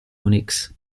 unix